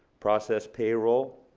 process payroll,